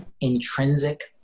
intrinsic